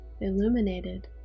illuminated